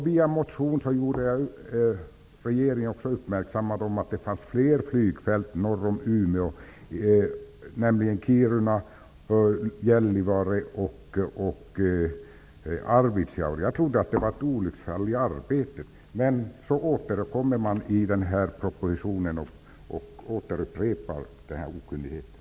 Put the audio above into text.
Via motion gjorde jag regeringen uppmärksam på att det fanns fler flygfält norr om Jag trodde att det var ett olycksfall i arbetet, men så återkommer regeringen i den nya propositionen och upprepar okunnigheten.